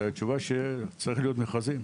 והתשובה הייתה שצריכים להיות מכרזים.